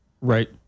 Right